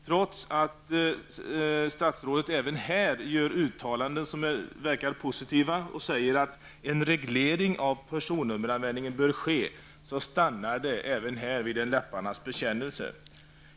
Trots att statsrådet även här gör uttalanden som är positiva och säger att en reglering av personnummeranvändningen bör ske, så stannar det även här vid en läpparnas bekännelse.